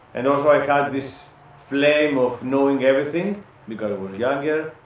and also i had this flame of knowing everything because i was younger